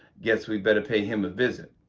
guess we better pay him a visit.